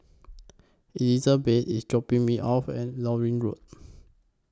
Elizabet IS dropping Me off At Lornie Road